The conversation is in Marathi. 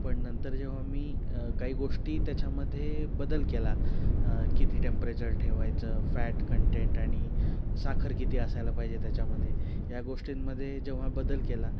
पण नंतर जेव्हा मी काही गोष्टी त्याच्यामध्ये बदल केला किती टेम्परेचर ठेवायचं फॅट कंटेंट आणि साखर किती असायला पाहिजे त्याच्यामध्ये या गोष्टींमध्ये जेव्हा बदल केला